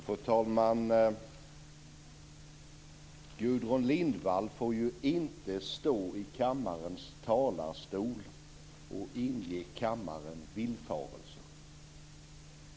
Fru talman! Gudrun Lindvall får inte stå i kammarens talarstol och inge kammaren villfarelser.